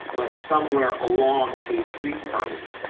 but somewhere along a street frontage.